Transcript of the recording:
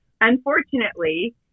unfortunately